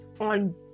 on